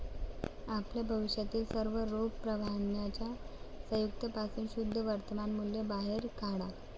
आपल्या भविष्यातील सर्व रोख प्रवाहांच्या संयुक्त पासून शुद्ध वर्तमान मूल्य बाहेर काढा